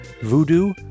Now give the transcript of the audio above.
voodoo